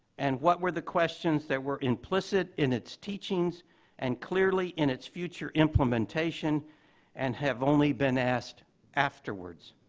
and what were the questions that were implicit in its teachings and clearly in its future implementation and have only been asked afterwards?